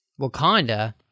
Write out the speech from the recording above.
Wakanda